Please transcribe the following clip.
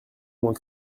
moins